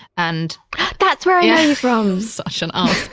and that's where i know you from such an um